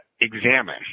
examine